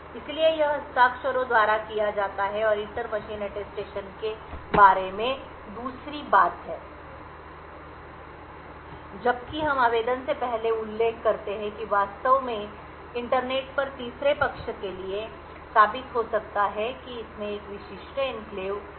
इसलिए यह हस्ताक्षरों द्वारा किया जाता है और इंटर मशीन अटेस्टेशन के बारे में दूसरी बात है जबकि हम आवेदन से पहले उल्लेख करते हैं कि वास्तव में इंटरनेट पर तीसरे पक्ष के लिए साबित हो सकता है कि इसमें एक विशिष्ट एन्क्लेव है